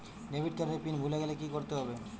Debit card এর PIN ভুলে গেলে কি করতে হবে?